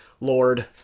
Lord